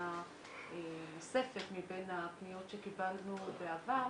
פניה נוספת מבין הפניות שקיבלנו בעבר,